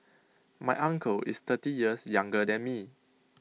my uncle is thirty years younger than me